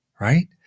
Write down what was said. right